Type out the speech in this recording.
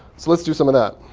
let's let's do some of that.